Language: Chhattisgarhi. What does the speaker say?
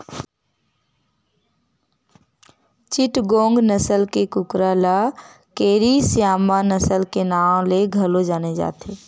चिटगोंग नसल के कुकरा ल केरी स्यामा नसल के नांव ले घलो जाने जाथे